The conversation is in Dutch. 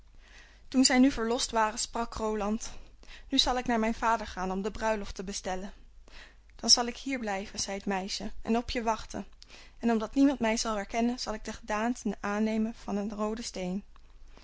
toen zij nu verlost waren sprak roland nu zal ik naar mijn vader gaan om de bruiloft te bestellen dan zal ik hier blijven zei het meisje en op je wachten en omdat niemand mij zal herkennen zal ik de gedaante aannemen van een rooden steen